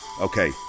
Okay